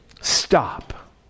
stop